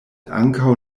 ankaŭ